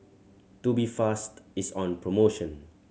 Tubifast is on promotion